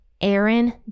Aaron